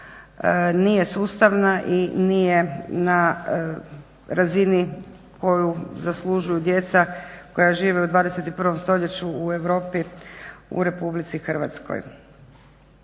nije sustavna i nije na razini koju zaslužuju djece koja žive u 21.stoljeću u Europi u RH.